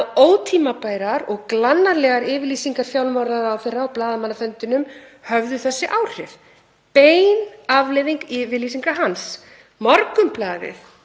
ótímabærar og glannalegar yfirlýsingar fjármálaráðherra á blaðamannafundinum höfðu þessi áhrif, bein afleiðing yfirlýsingar hans. Morgunblaðið,